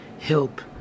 help